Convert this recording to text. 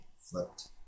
flipped